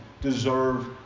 deserve